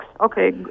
Okay